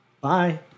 Bye